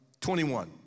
21